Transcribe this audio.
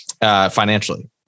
financially